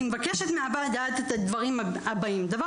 אני מבקשת מהוועדה את הדברים הבאים: דבר